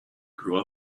grew